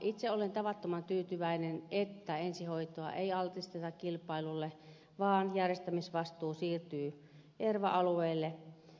itse olen tavattoman tyytyväinen että ensihoitoa ei altisteta kilpailulle vaan järjestämisvastuu siirtyy erva alueille